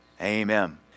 amen